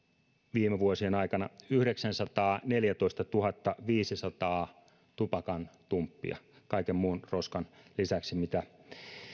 viime vuosien aikana yhdeksänsataaneljätoistatuhattaviisisataa tupakantumppia kaiken muun roskan lisäksi mitä